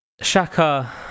Shaka